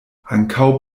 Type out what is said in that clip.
ankaŭ